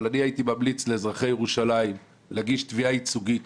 אבל אני הייתי ממליץ לאזרחי ירושלים להגיש תביעה ייצוגית